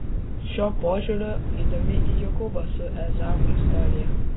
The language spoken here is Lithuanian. šiuo požiūriu įdomi ir jokūbo su ezavu istorija